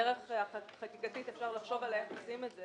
ואפשר לחשוב על הדרך החקיקתית איך עושים את זה